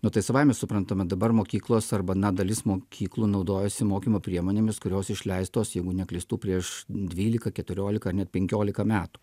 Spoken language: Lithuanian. nu tai savaime suprantama dabar mokyklos arba na dalis mokyklų naudojasi mokymo priemonėmis kurios išleistos jeigu neklystu prieš dvylika keturiolika ar net penkiolika metų